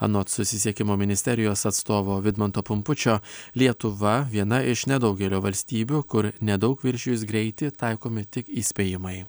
anot susisiekimo ministerijos atstovo vidmanto pumpučio lietuva viena iš nedaugelio valstybių kur nedaug viršijus greitį taikomi tik įspėjimai